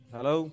Hello